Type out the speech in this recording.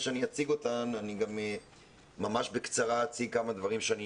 שאני אציג אותן אני גם ממש בקצרה אציג כמה דברים שאני